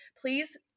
please